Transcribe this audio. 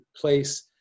place